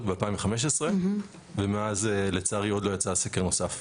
ב-2015 ומאז לצערי עוד לא יצא סקר נוסף.